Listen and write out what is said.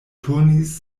turnis